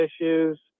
issues